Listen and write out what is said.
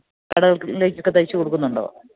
കടകളികലേക്കൊക്കെ തയ്ച്ചുകൊടുക്കുന്നുണ്ടോ